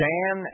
Dan